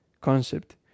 concept